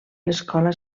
l’escola